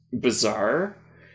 bizarre